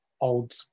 old